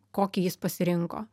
kokį jis pasirinko